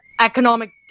economic